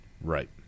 right